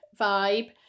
vibe